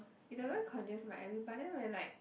it doesn't congest my airways but then when like